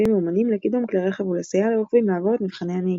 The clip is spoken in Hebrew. מאומנים לקידום כלי רכב ולסייע לרוכבים לעבור את מבחני הנהיגה.